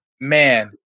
man